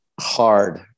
hard